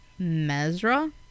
Mesra